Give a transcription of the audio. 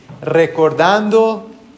Recordando